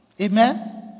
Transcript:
Amen